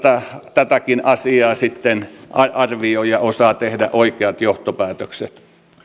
tätäkin asiaa sitten arvioi ja osaa tehdä oikeat johtopäätökset